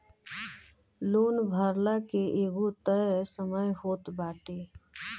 loan भरला के एगो तय समय होत बाटे